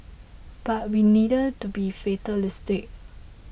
but we needn't to be fatalistic